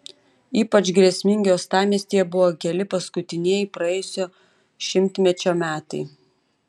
ypač grėsmingi uostamiestyje buvo keli paskutinieji praėjusio šimtmečio metai